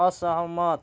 असहमत